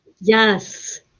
Yes